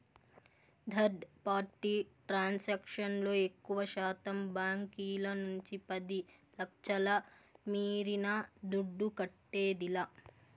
third party transaction లో ఎక్కువశాతం బాంకీల నుంచి పది లచ్ఛల మీరిన దుడ్డు కట్టేదిలా